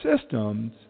Systems